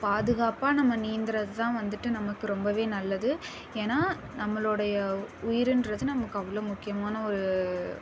பாதுகாப்பாக நம்ம நீந்துறது தான் வந்துவிட்டு நமக்கு ரொம்ப நல்லது ஏன்னா நம்மளுடைய உயிருன்றது நமக்கு அவ்வளோ முக்கியமான ஒரு